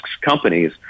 companies